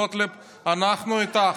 אביגדור, איך אפשר?